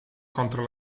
contro